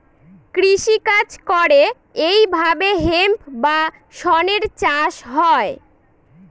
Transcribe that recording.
কৃষি কাজ করে এইভাবে হেম্প বা শনের চাষ হয়